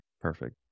perfect